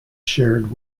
shared